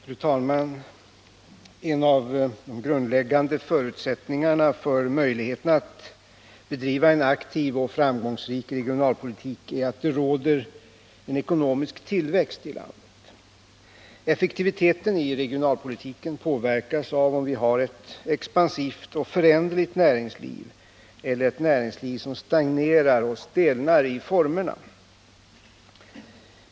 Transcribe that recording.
Fru talman! En av de grundläggande förutsättningarna för möjligheterna att bedriva en aktiv och framgångsrik regionalpolitik är att det råder en ekonomisk tillväxt i landet. Effektiviteten i regionalpolitiken påverkas av om vi har ett expansivt och föränderligt näringsliv eller ett näringsliv som stagnerar och stelnar i formerna.